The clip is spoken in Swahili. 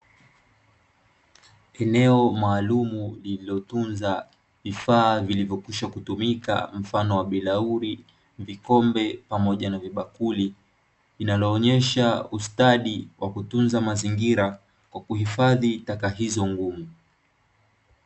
Eneo maalumu lililotunza vifaa vilivyokwisha kutumika mfano wa: bilauli, vikombe pamoja na vibakuli; linaloonyesha ustadi wa kutunza mazingira kwa kuhifadhi taka hizo ngumu.